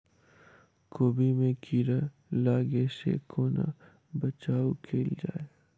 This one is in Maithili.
कोबी मे कीड़ा लागै सअ कोना बचाऊ कैल जाएँ?